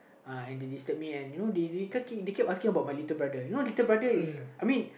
uh and they disturb me and you know recu~ they keep asking about my little brother you know little brother is I mean